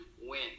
win